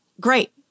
great